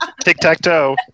Tic-tac-toe